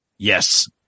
Yes